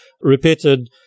repeated